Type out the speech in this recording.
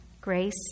grace